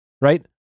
right